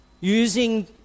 using